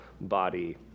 body